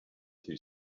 too